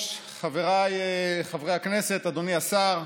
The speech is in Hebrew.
גברתי היושבת בראש, חבריי חברי הכנסת, אדוני השר,